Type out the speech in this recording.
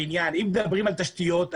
אם מדברים על תשתיות,